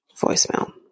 voicemail